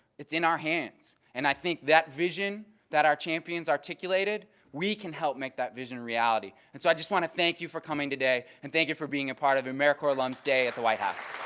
it's in our hands. and i think that vision that our champions articulated, we can help make that vision a reality. and so i just want to thank you for coming today and thank you for being a part of americorps alums day at the white house.